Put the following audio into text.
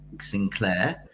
Sinclair